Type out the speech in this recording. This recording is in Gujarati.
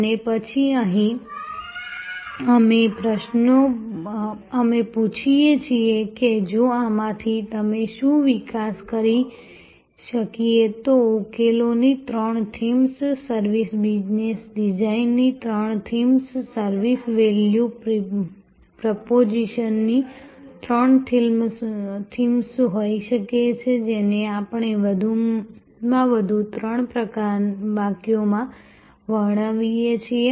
અને પછી અહીં અમે પૂછીએ છીએ કે જો આમાંથી અમે શું વિકાસ કરી શકીએ તો ઉકેલોની ત્રણ થીમ્સ સર્વિસ બિઝનેસ ડિઝાઇનની ત્રણ થીમ્સ સર્વિસ વેલ્યુ પ્રોપોઝિશનની ત્રણ થીમ્સ હોઈ શકે છે જેને આપણે વધુમાં વધુ ત્રણ વાક્યોમાં વર્ણવી શકીએ છીએ